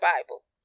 Bibles